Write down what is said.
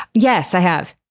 yes, i have.